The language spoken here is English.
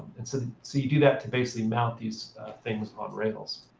and so so you do that to basically mount these things on rails.